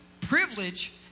privilege